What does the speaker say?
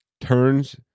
turns